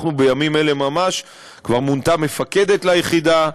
בימים אלה ממש כבר מונתה מפקדת ליחידה,